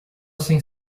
sem